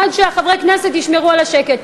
עד שחברי הכנסת ישמרו על השקט.